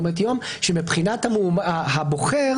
יום שמבחינת הבוחר